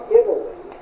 italy